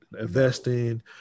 investing